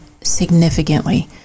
significantly